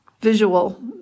visual